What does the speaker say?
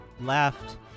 left